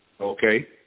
Okay